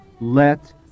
let